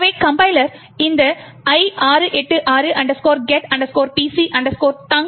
எனவே கம்பைலர் இந்த i686 get pc thunk